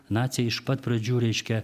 naciai iš pat pradžių reiškia